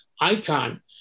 icon